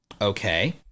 okay